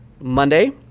Monday